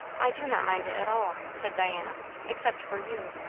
i do not mind it at all, said diana except for you.